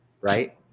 right